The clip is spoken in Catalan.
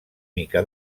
mica